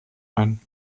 ein